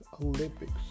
Olympics